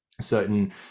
certain